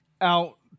out